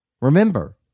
Remember